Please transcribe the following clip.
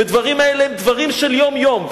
והדברים האלה הם דברים של יום-יום,